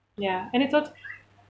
ya and it's als~